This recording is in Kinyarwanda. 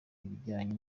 ibijyanye